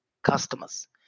customers